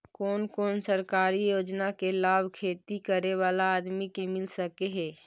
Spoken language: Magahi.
कोन कोन सरकारी योजना के लाभ खेती करे बाला आदमी के मिल सके हे?